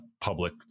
public